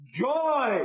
Joy